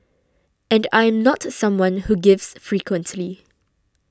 and I am not someone who gives frequently